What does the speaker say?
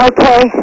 Okay